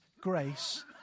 grace